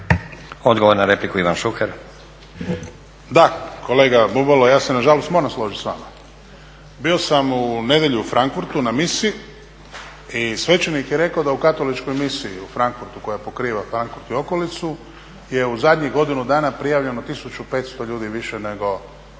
Odgovor na repliku, Ivan Šuker. **Šuker, Ivan (HDZ)** Da, kolega Bubalo, ja se nažalost moram složit s vama. Bio sam u nedjelju u Frankfurtu na misi i svećenik je rekao da u katoličkoj misiji u Frankfurtu koja pokriva Frankfurt i okolicu je u zadnjih godinu dana prijavljeno 1500 ljudi više nego